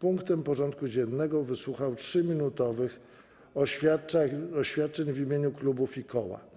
punktami porządku dziennego wysłuchał 3-minutowych oświadczeń w imieniu klubów i koła.